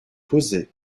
posée